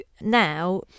now